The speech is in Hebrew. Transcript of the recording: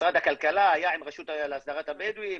משרד הכלכלה, זה היה עם הרשות להסדרת הבדואים,